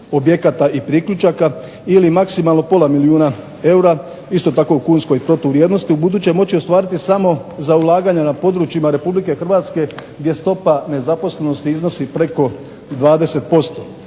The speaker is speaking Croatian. objekata i priključaka, ili maksimalno pola milijuna eura, isto tako u kunskoj protuvrijednosti ubuduće moći ostvariti samo za ulaganja na područjima Republike Hrvatske, gdje stopa nezaposlenosti iznosi preko 20%.